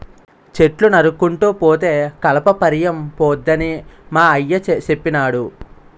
చెట్లు నరుక్కుంటూ పోతే కలప పిరియంపోద్దని మా అయ్య సెప్పినాడు